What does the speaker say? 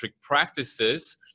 practices